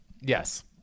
Yes